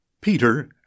Peter